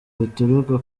bituruka